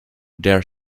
their